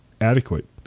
adequate